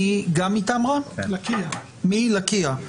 גזבר מועצת לקיה.